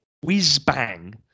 whiz-bang